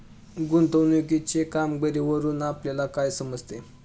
गुंतवणुकीच्या कामगिरीवरून आपल्याला काय समजते?